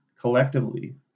collectively